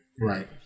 Right